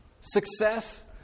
success